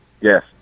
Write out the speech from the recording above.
Yes